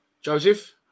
Joseph